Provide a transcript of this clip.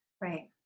Right